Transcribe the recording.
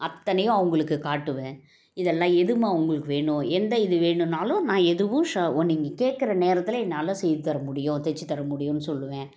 அத்தனையும் அவங்களுக்குக் காட்டுவேன் இதெல்லாம் எதும்மா உங்குளுக்கு வேணும் எந்த இது வேணுன்னாலும் நான் எதுவும் ஷா நீங்கள் கேட்குற நேரத்தில் என்னால் செய்து தர முடியும் தைச்சித் தர முடியும்னு சொல்லுவேன்